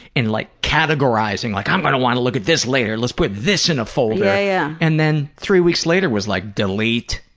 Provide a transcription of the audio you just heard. like categorizing like, i'm going to want to look at this later. let's put this in a folder. yeah yeah and then three weeks later was like, delete.